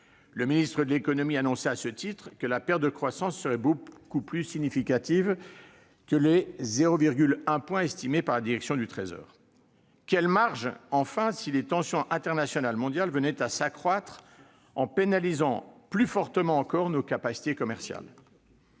Le ministre de l'économie et des finances annonçait à ce titre que la perte de croissance serait « beaucoup plus significative » que le 0,1 point estimé par la direction du Trésor. Quelle marge enfin si les tensions internationales mondiales venaient à s'accroître en pénalisant plus fortement encore nos capacités commerciales ?